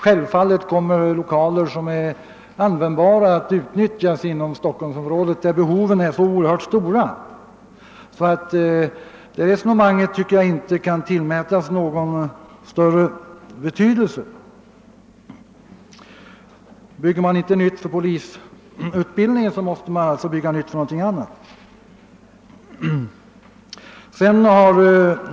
Självfallet kommer lokaler som är användbara att utnyttjas inom Stockholmsområdet, där behoven är så oerhört stora. Det resonemanget kan därför enligt min mening inte tillmätas någon större betydelse. Bygger man inte nytt för polisutbildningen, måste man ju bygga nytt för någonting annat.